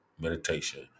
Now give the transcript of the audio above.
meditation